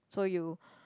so you